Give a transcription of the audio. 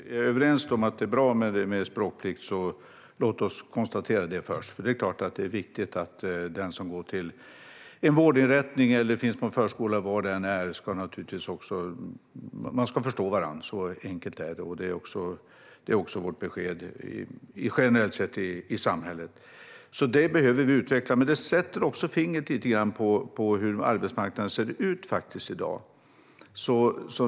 Herr talman! Låt oss först konstatera att jag och Aron Emilsson är överens om att det är bra med språkplikt. Det är såklart viktigt att man när man går till en vårdinrättning, förskola eller vad det än är ska förstå varandra. Så enkelt är det. Det är också vårt besked generellt sett i samhället. Vi behöver utveckla det. Men det sätter också fingret på hur arbetsmarknaden ser ut i dag.